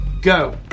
go